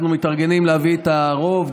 אנחנו מתארגנים להביא את הרוב,